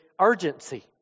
urgency